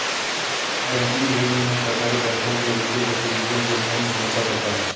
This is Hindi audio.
बैंकिंग विनियमन सहकारी बैंकों के वित्तीय गतिविधियों की नियमित समीक्षा करता है